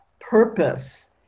purpose